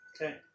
Okay